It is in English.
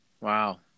Wow